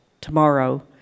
tomorrow